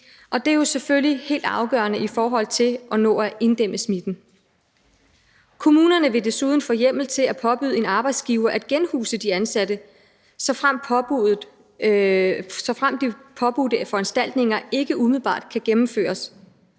det er jo selvfølgelig helt afgørende i forhold til at nå at inddæmme smitten. Kommunerne vil desuden få hjemmel til at påbyde en arbejdsgiver at genhuse de ansatte, såfremt de påbudte foranstaltninger ikke umiddelbart kan gennemføres